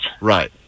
Right